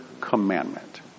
commandment